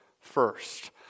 first